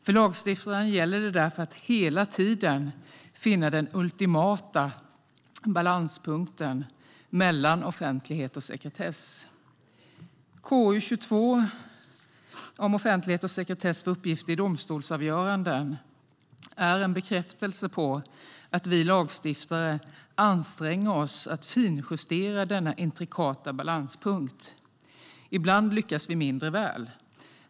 För lagstiftaren gäller det därför att hela tiden finna den ultimata balanspunkten mellan offentlighet och sekretess. Betänkande KU22 om offentlighet och sekretess för uppgifter i domstolsavgöranden är en bekräftelse på att vi lagstiftare anstränger oss för att finjustera denna intrikata balanspunkt. Ibland lyckas vi mindre väl.